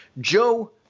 Joe